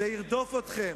זה ירדוף אתכם.